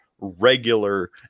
regular